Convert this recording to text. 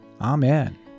Amen